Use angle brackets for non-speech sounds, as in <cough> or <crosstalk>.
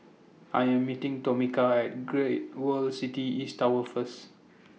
<noise> I Am meeting Tomika At Great World City East Tower First